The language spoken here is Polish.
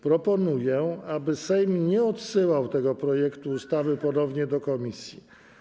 Proponuję, aby Sejm nie odsyłał tego projektu ustawy ponownie do komisji.